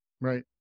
Right